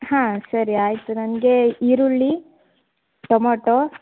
ಹಾಂ ಸರಿ ಆಯಿತು ನನಗೆ ಈರುಳ್ಳಿ ಟೊಮ್ಯಾಟೋ